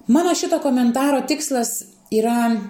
mano šito komentaro tikslas yra